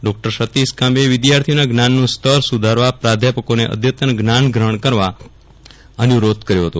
doctor Satish ગાભેએ વિદ્યાર્થીઓના જ્ઞાનનું સ્તર સુધારવા પ્રાધ્યાપકોને અઘતન જ્ઞાન ગ્રહણ કરવા અનુરોધ કર્યો હતો